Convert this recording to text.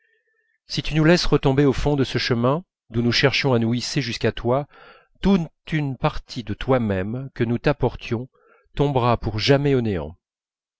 si tu nous laisses retomber au fond de ce chemin d'où nous cherchions à nous hisser jusqu'à toi toute une partie de toi-même que nous t'apportions tombera pour jamais au néant